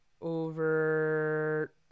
over